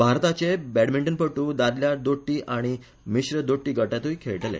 भारताचे बॅडमिंटनप्टु दादल्या दोट्टी आनी मिश्र दोट्टी गटांतुय खेळटले